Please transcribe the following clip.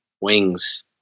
wings